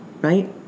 right